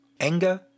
Anger